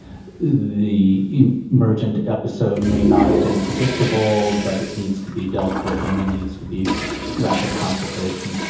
the emergent episode may not have been predictable, but it needs to be dealt with and there needs to be rapid consultation.